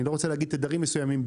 לא רוצה להגיד תדרים מסוימים,